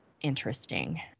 interesting